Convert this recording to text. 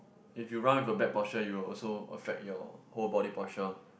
if you run with a back posture you'll also affect your whole body posture